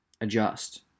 adjust